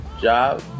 job